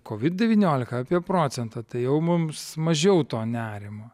kovid devyniolika apie procentą tai jau mums mažiau to nerimo